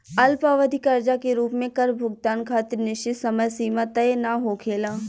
अल्पअवधि कर्जा के रूप में कर भुगतान खातिर निश्चित समय सीमा तय ना होखेला